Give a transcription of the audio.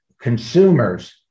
consumers